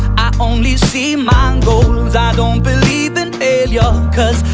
only see my goals, i don't believe in failure cause,